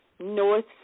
North